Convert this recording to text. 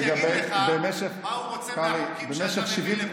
בליאק יגיד לך מה הוא רוצה מהחוקים שאתה מביא לפה.